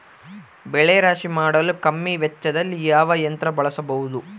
ಬೆಳೆ ರಾಶಿ ಮಾಡಲು ಕಮ್ಮಿ ವೆಚ್ಚದಲ್ಲಿ ಯಾವ ಯಂತ್ರ ಬಳಸಬಹುದು?